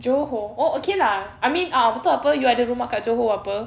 johor oh okay lah I mean a'ah betul [pe] you ada rumah kat johor apa